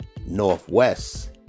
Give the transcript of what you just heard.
Northwest